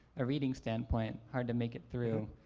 a reading standpoint, hard to make it through.